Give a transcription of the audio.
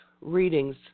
readings